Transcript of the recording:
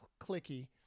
clicky